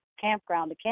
campground